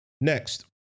Next